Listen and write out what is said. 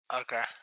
Okay